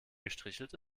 gestrichelt